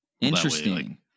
Interesting